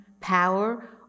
power